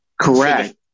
Correct